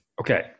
Okay